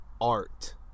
art